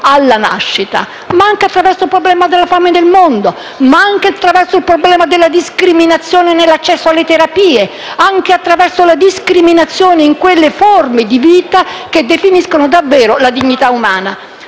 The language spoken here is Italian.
alla nascita, ma anche attraverso il problema della fame nel mondo, della discriminazione nell'accesso alle terapie e della discriminazione in quelle forme di vita che definiscono davvero la dignità umana.